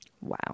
Wow